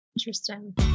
Interesting